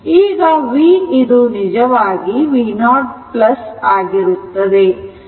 ಈಗ v ಇದು ನಿಜವಾಗಿ v0 ಆಗಿರುತ್ತದೆ